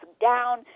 down